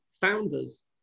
founders